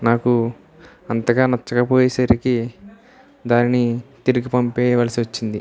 నాకు అంతగా నచ్చకపోయే సరికి దానిని తిరిగి పంపేయవలసి వచ్చింది